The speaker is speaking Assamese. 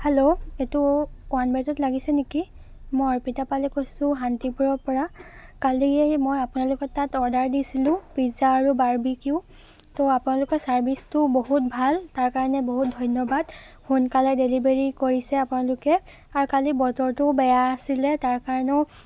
হেল্ল' এইটো লাগিছে নেকি মই অৰ্পিতা পালে কৈছোঁ শান্তিপুৰৰপৰা কালি এই মই আপোনালোকৰ তাত অৰ্ডাৰ দিছিলোঁ পিজ্জা আৰু বাৰ্বিকিউ তো আপোনালোকৰ ছাৰ্ভিচটো বহুত ভাল তাৰ কাৰণে বহুত ধন্যবাদ সোনকালে ডেলিভাৰী কৰিছে আপোনালোকে আৰু কালি বতৰটোও বেয়া আছিলে তাৰ কাৰণেও